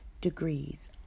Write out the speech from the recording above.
degrees